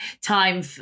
time